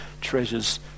treasures